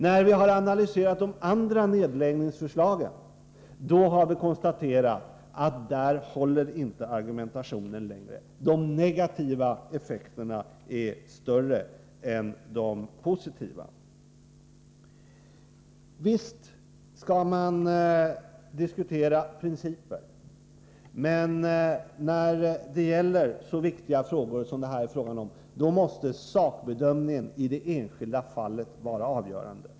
När vi analyserade de andra nedläggningsförslagen konstaterade vi att där håller inte argumentationen längre. De negativa effekterna är större än de positiva. Visst skall man diskutera principer, men när det gäller så viktiga frågor som här måste sakbedömningen i det enskilda fallet vara avgörande.